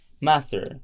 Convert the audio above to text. Master